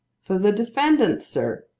for the defendant, sir.